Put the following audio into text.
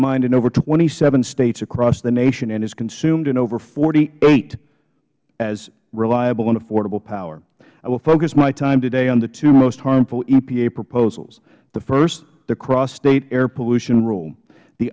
mined in over twenty seven states across the nation and is consumed in over forty eight as reliable and affordable power i will focus my time today on the two most harmful epa proposals the first the crossstate air pollution rule the